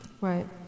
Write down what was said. Right